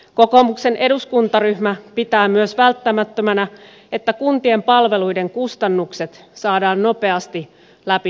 kokoomuksen eduskuntaryhmä pitää myös välttämättömänä että kuntien palveluiden kustannukset saadaan nopeasti läpinäkyviksi